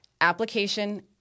application